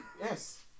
Yes